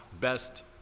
best